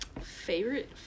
Favorite